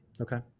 Okay